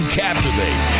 captivate